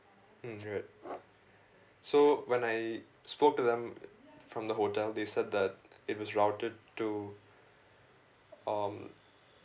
mm good so when I spoke to them from the hotel they said that it was routed to um